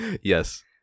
Yes